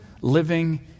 living